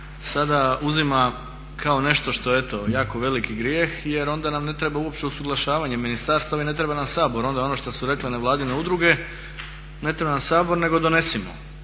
sada uzima kao nešto što je eto jako veliki grijeh jer onda nam ne treba uopće usuglašavanje ministarstava i ne treba nam Sabor. Onda je ono što su rekle nevladine udruge ne treba nam Sabor nego donesimo